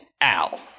Al